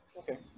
okay